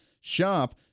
shop